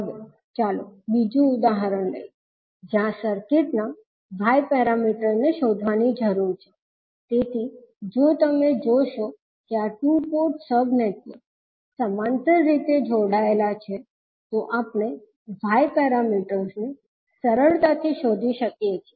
હવે ચાલો બીજું ઉદાહરણ લઈએ જ્યાં સર્કિટના y પેરામીટર્સને શોધવાની જરૂર છે તેથી જો તમે જોશો કે આ ટુ પોર્ટ સબ નેટવર્ક્સ સમાંતર રીતે જોડાયેલા છે તો આપણે y પેરામીટર્સને સરળતાથી શોધી શકીએ છીએ